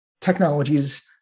technologies